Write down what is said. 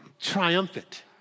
triumphant